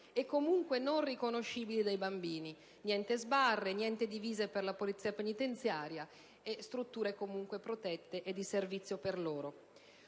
e, comunque, non riconoscibili dai bambini (niente sbarre, niente divise per la polizia penitenziaria) e strutture protette e di servizio per loro.